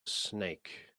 snake